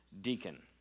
deacon